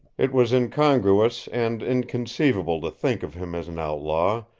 it was incongruous and inconceivable to think of him as an outlaw,